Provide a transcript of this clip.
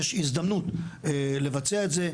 יש הזדמנות לבצע את זה,